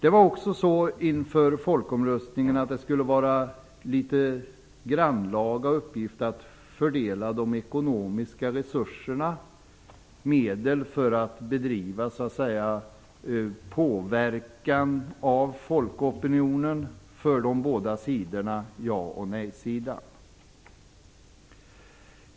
Inför folkomröstningen var det också en litet grannlaga uppgift att fördela de ekonomiska resurserna, dvs. medel för att bedriva påverkan av folkopinionen, mellan ja och nej-sidan.